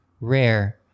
rare